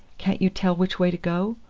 can't you tell which way to go?